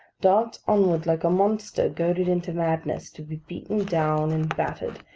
darts onward like a monster goaded into madness, to be beaten down, and battered,